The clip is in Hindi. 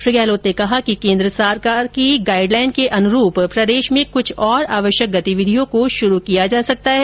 श्री गहलोत ने कहा कि केंद्र सरकार की गाइडलाइन के अनुरूप प्रदेश में कुछ और आवश्यक गतिविधियों को शुरू किया जा सकता है